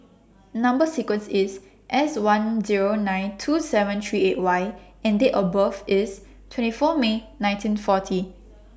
Number sequence IS S one Zero nine two seven three eight Y and Date of birth IS twenty four May nineteen forty